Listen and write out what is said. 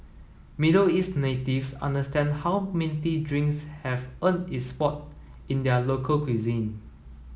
Middle East natives understand how minty drinks have earned its spot in their local cuisine